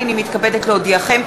הנני מתכבדת להודיעכם,